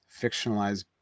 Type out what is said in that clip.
fictionalized